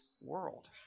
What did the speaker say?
world